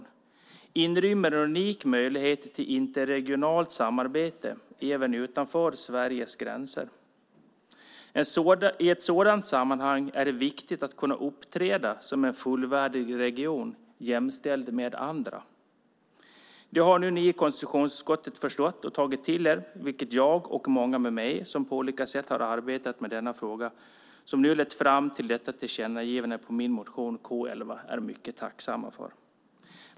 Det inrymmer en unik möjlighet till interregionalt samarbete även utanför Sveriges gränser. I ett sådant sammanhang är det viktigt att kunna uppträda som en fullvärdig region jämställd med andra. Detta har nu ni i konstitutionsutskottet förstått och tagit till er, vilket jag och många med mig som på olika sätt arbetat med denna fråga, som nu lett fram till detta tillkännagivande om min motion K11, är mycket tacksamma för.